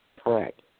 Correct